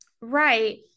Right